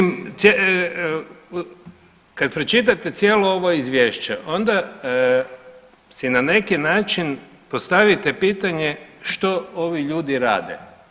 Ma da, kad pročitate cijelo ovo izvješće, onda si na neki način postavite pitanje što ovi ljudi rade.